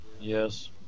Yes